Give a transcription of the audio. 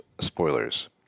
spoilers